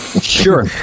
Sure